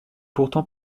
pourtant